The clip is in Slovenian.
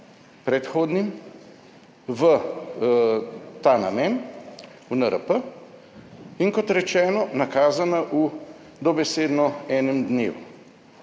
predhodnim v ta namen, v NRP in, kot rečeno, nakazana v dobesedno enem dnevu,